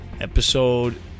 episode